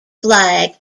flag